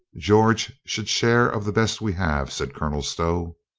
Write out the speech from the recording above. george should share of the best we have, said colonel stow.